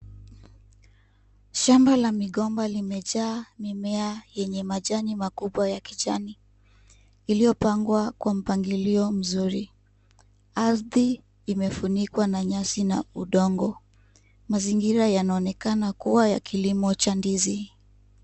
Shamba la migomba limejaa mimea yenye majani makubwa ya kijani, iliyopangwa kwa mpangilio mzuri , ardhi imefunikwa na nyasi na udongo , mazingira yanaonekana kuwa ya kilimo cha ndizi .